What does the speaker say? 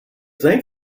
think